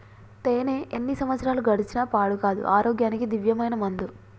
తేనే ఎన్ని సంవత్సరాలు గడిచిన పాడు కాదు, ఆరోగ్యానికి దివ్యమైన మందు